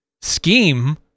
scheme